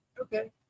Okay